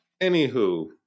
anywho